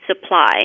supply